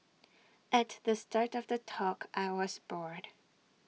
at the start of the talk I was booed